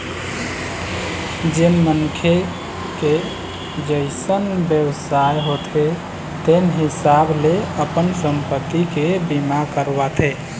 जेन मनखे के जइसन बेवसाय होथे तेन हिसाब ले अपन संपत्ति के बीमा करवाथे